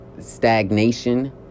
Stagnation